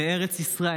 לארץ,